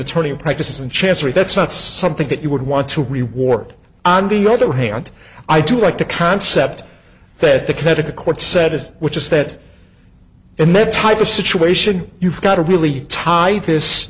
attorney practice and chancery that's not something that you would want to reward on the other hand i do like the concept that the connecticut court said is which is that in that type of situation you've got a really tight this